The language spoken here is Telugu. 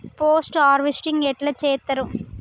పోస్ట్ హార్వెస్టింగ్ ఎట్ల చేత్తరు?